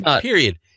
Period